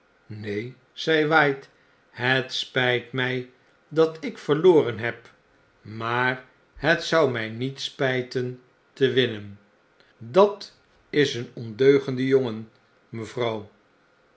neen zei white het spgtmijdatik verloren heb maar het zou my niet spijten te winnen dat is een ondeugende jongen mevrouw